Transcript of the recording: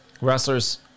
Wrestlers